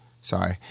sorry